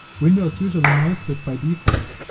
windows usually knows this by default.